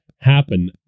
happen